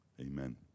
Amen